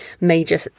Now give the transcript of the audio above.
major